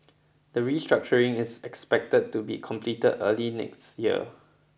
the restructuring is expected to be completed early next year